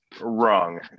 wrong